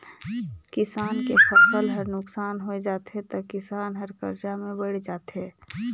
किसान के फसल हर नुकसान होय जाथे त किसान हर करजा में बइड़ जाथे